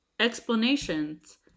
explanations